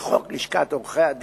לחוק לשכת עורכי-הדין,